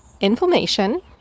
inflammation